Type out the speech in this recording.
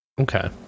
Okay